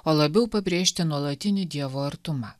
o labiau pabrėžti nuolatinį dievo artumą